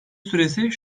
süresi